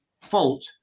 fault